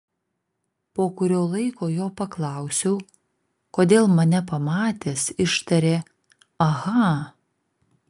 po kurio laiko jo paklausiau kodėl mane pamatęs ištarė aha